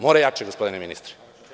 Mora jače, gospodine ministre.